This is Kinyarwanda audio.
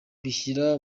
bishyira